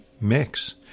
mix